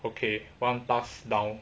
okay one task down